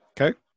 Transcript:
Okay